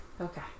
Okay